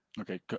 Okay